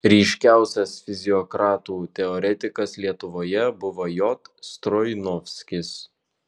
ryškiausias fiziokratų teoretikas lietuvoje buvo j stroinovskis